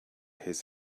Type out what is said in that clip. his